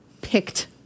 Picked